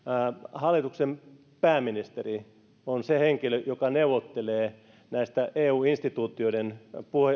hallituksen pääministeri on se henkilö joka neuvottelee näistä eu instituutioiden